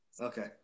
Okay